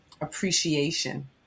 Appreciation